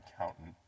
accountant